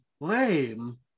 Lame